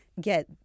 get